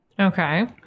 Okay